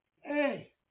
Hey